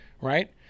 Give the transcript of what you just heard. right